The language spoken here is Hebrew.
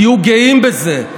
תהיו גאים בזה.